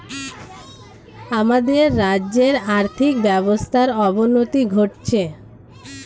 আমাদের রাজ্যের আর্থিক ব্যবস্থার অবনতি ঘটছে